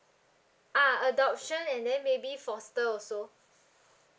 ah adoption and then maybe foster also